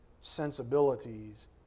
sensibilities